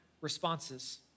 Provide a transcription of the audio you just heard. responses